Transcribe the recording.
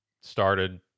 started